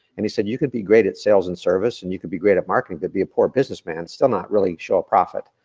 and he said, you could be great at sales and service, and you can be great at marketing, but be a poor business, still still not really show a profit.